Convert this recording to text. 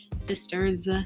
sisters